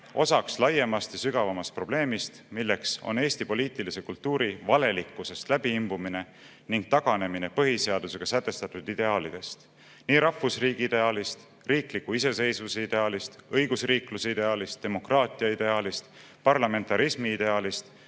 osaks laiemast ja sügavamast probleemist, milleks on Eesti poliitilise kultuuri valelikkusest läbiimbumine ning taganemine põhiseadusega sätestatud ideaalidest. Nii rahvusriigi ideaalist, riikliku iseseisvuse ideaalist, õigusriikluse ideaalist, demokraatia ideaalist, parlamentarismi ideaalist